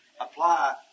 Apply